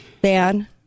ban